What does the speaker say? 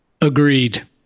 Agreed